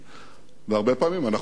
והרבה פעמים אנחנו חלוקים